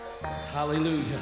Hallelujah